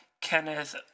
Kenneth